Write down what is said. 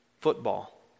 football